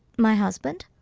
my husband.